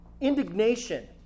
indignation